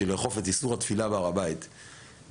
לאכוף את איסור התפילה בהר הבית מהמשטרה,